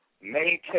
maintain